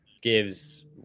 gives